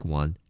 one